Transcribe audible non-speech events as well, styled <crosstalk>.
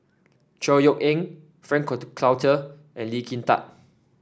Chor Yeok Eng Frank <unintelligible> Cloutier and Lee Kin Tat